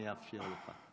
אני אאפשר לך.